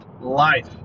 Life